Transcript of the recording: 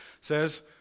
says